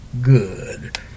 good